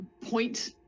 point